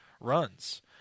runs